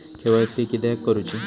KYC किदयाक करूची?